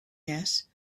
yet